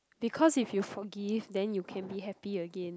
because if you forgive then you can be happy again